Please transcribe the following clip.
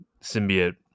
symbiote